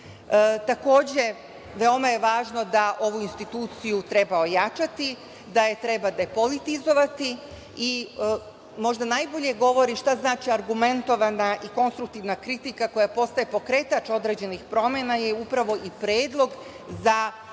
Takođe, veoma je važno da ovu instituciju treba ojačati, da je treba depolitizovati i možda najbolje govori šta znači argumentovana i konstruktivna kritika koja postaje pokretač određenih promena je upravo i predlog za